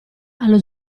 allo